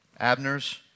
Abner's